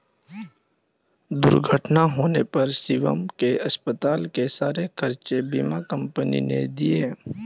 दुर्घटना होने पर शिवम के अस्पताल के सारे खर्चे बीमा कंपनी ने दिए